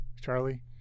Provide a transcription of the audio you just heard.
Charlie